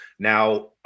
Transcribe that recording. Now